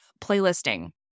playlisting